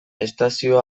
estazio